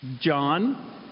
John